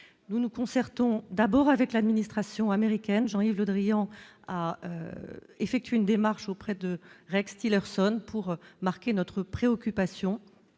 nous nous concertons d'abord avec l'administration américaine, Jean-Yves Le Drian a effectué une démarche auprès de Rex Tillerson pour marquer notre préoccupation